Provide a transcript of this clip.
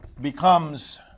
becomes